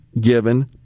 given